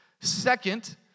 Second